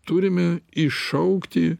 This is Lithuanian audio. turime iššaukti